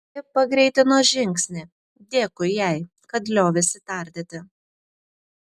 ji pagreitino žingsnį dėkui jai kad liovėsi tardyti